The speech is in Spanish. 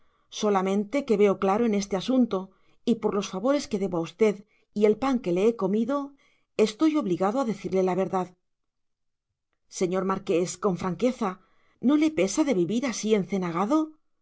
solamente que veo claro en este asunto y por los favores que debo a usted y el pan que le he comido estoy obligado a decirle la verdad señor marqués con franqueza no le pesa de vivir así